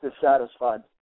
dissatisfied